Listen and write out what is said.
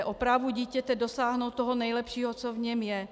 O právu dítěte dosáhnout toho nejlepšího, co v něm je.